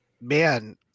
man